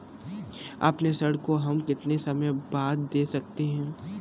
अपने ऋण को हम कितने समय बाद दे सकते हैं?